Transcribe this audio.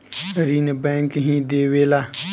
ऋण बैंक ही देवेला